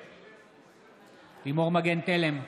נגד לימור מגן תלם,